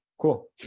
Cool